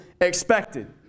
expected